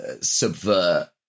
subvert